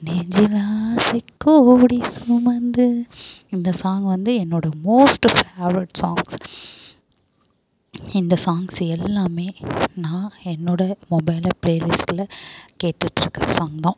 நெஞ்சில் ஆசை கோடி சுமந்து இந்த சாங் வந்து என்னோடய மோஸ்ட் ஃபேவரெட் சாங்ஸ் இந்த சாங்ஸ் எல்லாமே நான் என்னோடய மொபைல்ல பிளே லிஸ்ட்ல கேட்டுகிட்ருக்க சாங்தான்